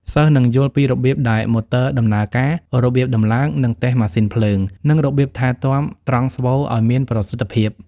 សិស្សនឹងយល់ពីរបៀបដែលម៉ូទ័រដំណើរការ របៀបតំឡើង និងតេស្តម៉ាស៊ីនភ្លើង និងរបៀបថែទាំត្រង់ស្វូឱ្យមានប្រសិទ្ធភាព។